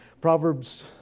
Proverbs